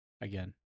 again